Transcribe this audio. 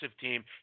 team